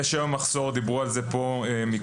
יש היום מחסור דיברו על זה פה מקודם,